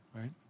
right